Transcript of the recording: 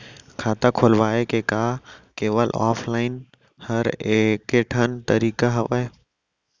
खाता खोलवाय के का केवल ऑफलाइन हर ऐकेठन तरीका हवय?